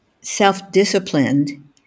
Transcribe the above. self-disciplined